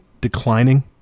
declining